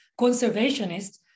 conservationists